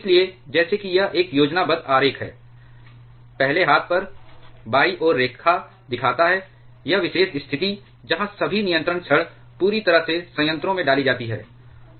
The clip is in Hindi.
इसलिए जैसे कि यह एक योजनाबद्ध आरेख है पहले हाथ पर बाईं ओर आरेख दिखाता है यह विशेष स्थिति जहां सभी नियंत्रण छड़ पूरी तरह से संयंत्रों में डाली जाती हैं